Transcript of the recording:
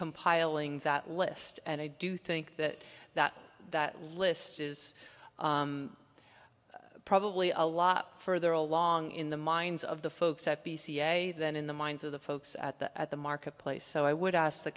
compiling that list and i do think that that that list is probably a lot further along in the minds of the folks at the cia than in the minds of the folks at the at the marketplace so i would ask the